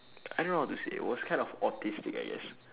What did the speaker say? I don't know how to say was kind of autistic I guess